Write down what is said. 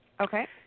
Okay